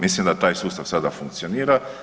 Mislim da taj sustav sada funkcionira.